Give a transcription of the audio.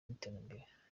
n’iterambere